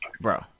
Bro